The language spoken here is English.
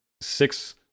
six